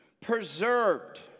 preserved